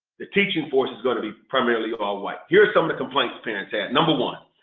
the teaching force is going to be primarily all-white. here are some of the complaints parents had number one,